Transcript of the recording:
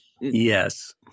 Yes